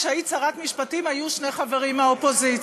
כשהיית שרת משפטים היו שני חברים מהאופוזיציה.